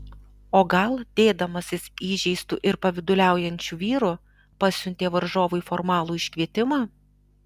o gal dėdamasis įžeistu ir pavyduliaujančiu vyru pasiuntė varžovui formalų iškvietimą